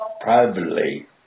Privately